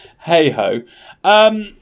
hey-ho